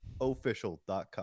Official.com